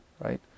right